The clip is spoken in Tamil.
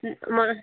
ம் ஆமாம்